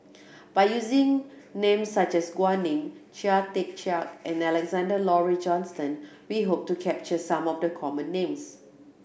by using names such as GuanNing Chia Tee Chiak and Alexander Laurie Johnston we hope to capture some of the common names